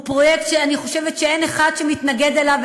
הוא פרויקט שאני חושבת שאין אחד שמתנגד אליו,